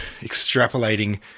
extrapolating